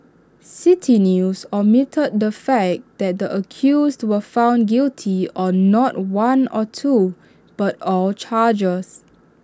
City News omitted the fact that the accused were found guilty on not one or two but all charges